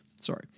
Sorry